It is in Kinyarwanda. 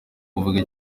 uvuge